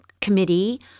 committee